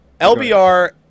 LBR